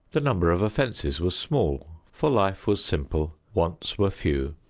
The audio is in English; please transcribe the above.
the number of offenses was small for life was simple, wants were few,